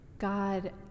God